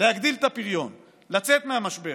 להגדיל את הפריון, לצאת מהמשבר.